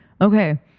Okay